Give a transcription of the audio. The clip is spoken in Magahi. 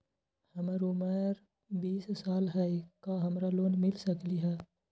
हमर उमर बीस साल हाय का हमरा लोन मिल सकली ह?